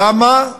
למה?